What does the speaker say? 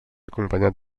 acompanyat